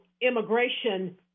immigration